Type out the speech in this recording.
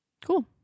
Cool